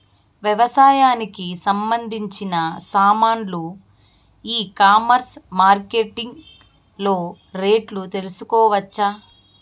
వ్యవసాయానికి సంబంధించిన సామాన్లు ఈ కామర్స్ మార్కెటింగ్ లో రేట్లు తెలుసుకోవచ్చా?